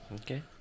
Okay